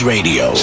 Radio